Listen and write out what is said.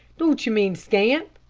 don't you mean scamp?